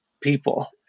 people